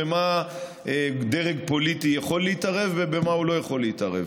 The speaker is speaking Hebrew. במה דרג פוליטי יכול להתערב ובמה הוא לא יכול להתערב.